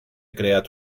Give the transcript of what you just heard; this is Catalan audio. creat